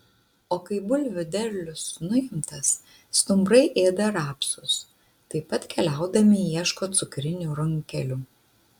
o kai bulvių derlius nuimtas stumbrai ėda rapsus taip pat keliaudami ieško cukrinių runkelių